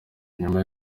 nyuma